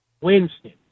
Winston